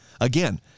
again